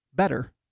Better